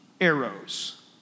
arrows